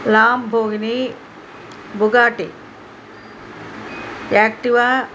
Lamborghini Bugatti Activa